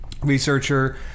researcher